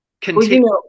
continue